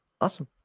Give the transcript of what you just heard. awesome